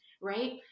right